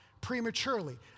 prematurely